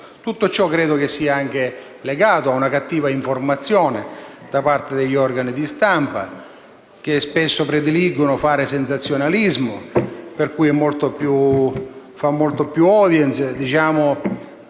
tutto ciò sia anche legato ad una cattiva informazione da parte degli organi di stampa, che spesso preferiscono fare sensazionalismo, perché fa molta più *audience*